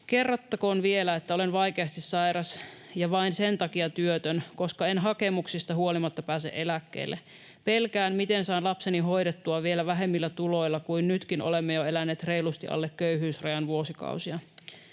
Kerrottakoon vielä, että olen vaikeasti sairas ja vain sen takia työtön, koska en hakemuksista huolimatta pääse eläkkeelle. Pelkään, miten saan lapseni hoidettua vielä vähemmillä tuloilla, kun nytkin olemme jo eläneet reilusti alle köyhyysrajan vuosikausia.”